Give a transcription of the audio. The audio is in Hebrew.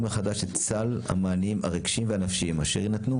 מחדש את סל המענים הנפשיים והרגשיים אשר יינתנו